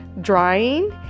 drying